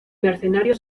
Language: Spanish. mercenario